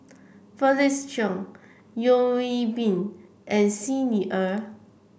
Felix Cheong Yeo Hwee Bin and Xi Ni Er